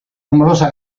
numerose